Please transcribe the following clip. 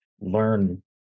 Learn